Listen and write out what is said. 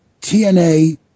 TNA